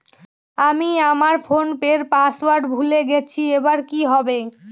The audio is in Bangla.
আমি আমার ফোনপের পাসওয়ার্ড ভুলে গেছি এবার কি হবে?